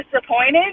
disappointed